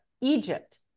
Egypt